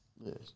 Yes